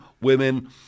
women